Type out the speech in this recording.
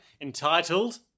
entitled